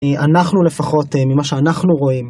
אנחנו לפחות, ממה שאנחנו רואים.